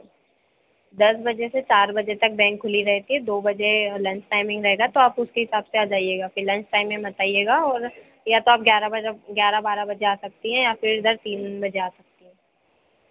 दस बजे से चार बजे तक बैंक खुली रहती है दो बजे लंच टाइमिंग रहेगा तो आप उसके हिसाब से आ जाइएगा फिर लंच टाइम में मत आइएगा और या तो आप ग्यारह ग्यारह बारह बजे आ सकती हैं या फिर इधर तीन ऊन बजे आ सकती हैं